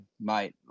mate